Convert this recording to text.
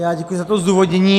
Já děkuji za to zdůvodnění.